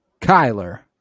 Kyler